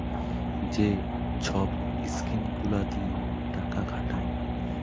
যে ছব ইস্কিম গুলা দিঁয়ে টাকা খাটায়